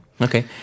okay